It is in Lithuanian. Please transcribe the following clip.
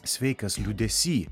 sveikas liūdesy